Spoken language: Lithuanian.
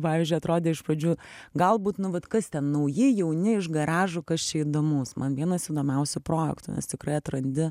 pavyzdžiui atrodė iš pradžių galbūt nu vat kas ten nauji jauni iš garažų kas čia įdomaus man vienas įdomiausių projektų nes tikrai atrandi